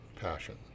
passion